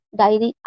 diary